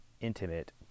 intimate